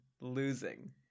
losing